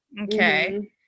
okay